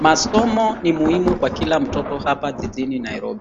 Masomo ni muhimu kwa kila mtoto hapa jijini Nairobi.